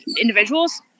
Individuals